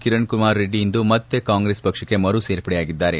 ಕಿರಣ್ ಕುಮಾರ್ ರೆಡ್ಡಿ ಇಂದು ಮತ್ತೆ ಕಾಂಗ್ರೆಸ್ ಪಕ್ಷಕ್ಕೆ ಮರು ಸೇರ್ಪಡೆಯಾಗಿದ್ದಾರೆ